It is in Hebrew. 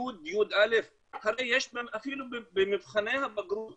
י', י"א, אפילו במבחני הבגרות